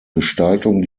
gestaltung